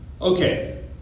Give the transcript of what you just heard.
Okay